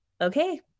okay